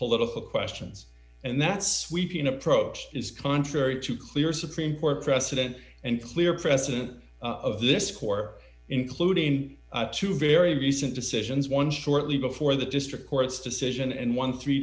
political questions and that's weeping approach is contrary to clear supreme court precedent and clear precedent of this score including two very recent decisions one shortly before the district court's decision